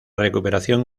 recuperación